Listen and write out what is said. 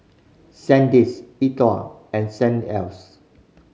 Sandisk E Twow and Saint Else